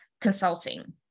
Consulting